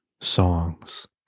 songs